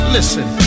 Listen